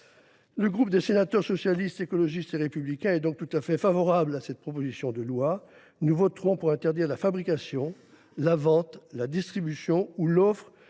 le groupe Socialiste, Écologiste et Républicain du Sénat est tout à fait favorable à cette proposition de loi. Nous voterons pour interdire la fabrication, la vente, la distribution et l’offre